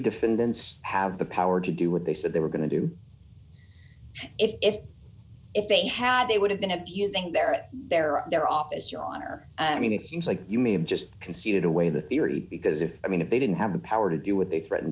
defendants have the power to do what they said they were going to do if if they had they would have been abusing their their our their office your honor i mean it seems like you may have just conceded away the theory because if i mean if they didn't have the power to do what they threaten